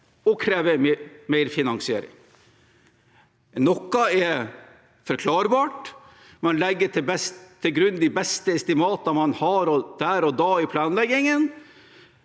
det kreves mer finansiering. Noe er forklarbart. Man legger til grunn de beste estimatene man har der og da i planleggingen,